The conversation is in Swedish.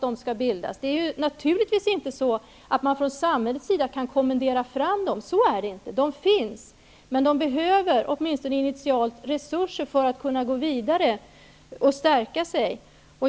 Det är naturligtvis inte så att samhället kan kommendera fram dessa rörelser. De finns, men de behöver åtminstone initialt resurser för att kunna gå vidare och stärka sig.